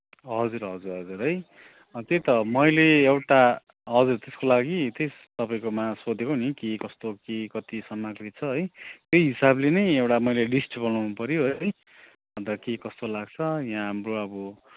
हजुर हजुर हजुर है अँ त्यही त मैले एउटा हजुर त्यसको लागि त्यही तपाईँकोमा सोधेको नि के कस्तो के कति सामग्री छ है त्यही हिसाबले नै एउटा मैले लिस्ट बनाउनु पर्यो है अन्त के कस्तो लाग्छ यहाँ हाम्रो अब